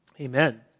Amen